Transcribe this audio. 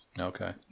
Okay